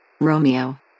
Romeo